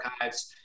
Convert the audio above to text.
archives